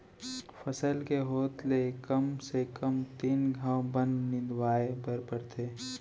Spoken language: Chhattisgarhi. फसल के होत ले कम से कम तीन घंव बन निंदवाए बर परथे